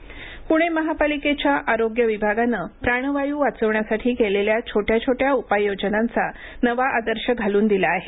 oxygen बचत पुणे महापालिकेच्या आरोग्य विभागाने प्राणवायू वाचवण्यासाठी केलेल्या छोट्या छोट्या उपाय योजनांचा नवा आदर्श घालून दिला आहे